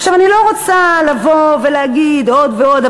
אני לא רוצה לבוא ולהגיד עוד ועוד,